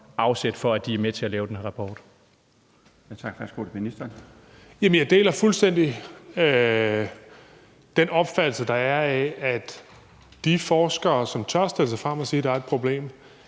integrationsministeren (Kaare Dybvad Bek): Jeg deler fuldstændig den opfattelse, der er af, at de forskere, som tør stille sig frem og sige, at der er et problem,